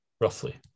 Roughly